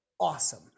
awesome